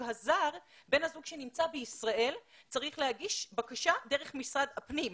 הזר בן הזוג שנמצא בישראל צריך להגיש בקשה דרך משרד הפנים.